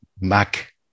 Mac